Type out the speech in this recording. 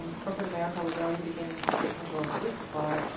and corporate america was already beginning to take control of the food supply.